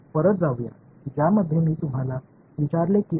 எனவே அதாவது ax தீர்க்கும் வழிகள் b க்கு சமம்